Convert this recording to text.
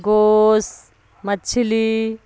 گوشت مچھلی